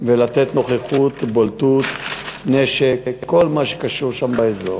ולתת נוכחות, בולטות, נשק, כל מה שקשור שם באזור.